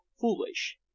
foolish